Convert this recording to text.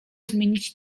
zmienić